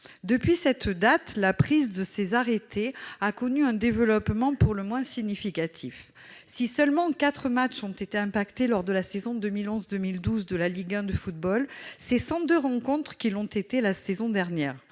Depuis cette date, la prise de tels arrêtés a connu un développement pour le moins significatif. Si seulement quatre matches ont été concernés lors de la saison 2011-2012 de Ligue 1 de football, ce sont 102 rencontres qui l'ont été la saison dernière.